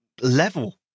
level